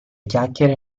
chiacchiere